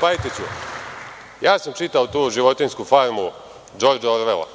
Pajtiću, ja sam čitao tu „Životinjsku farmu“ Džordža Orvela